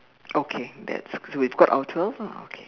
okay that's cause we've got our twelve lah okay